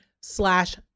slash